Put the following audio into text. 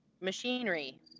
machinery